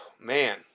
man